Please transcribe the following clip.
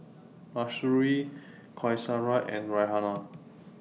Mahsuri Qaisara and Raihana